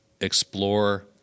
explore